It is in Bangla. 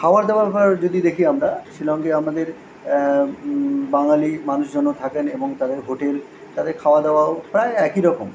খাওয়ার দাওয়ার ভার যদি দেখি আমরা শিলংয়ে আমাদের বাঙালি মানুষজনও থাকেন এবং তাদের হোটেল তাদের খাওয়া দাওয়াও প্রায় একই রকম